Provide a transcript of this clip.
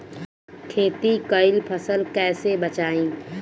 खेती कईल फसल कैसे बचाई?